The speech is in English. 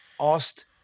asked